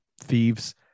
thieves